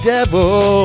Devil